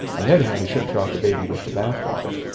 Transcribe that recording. on the other hand, we shouldn't throw out the baby with the bathwater.